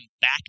back